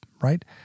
right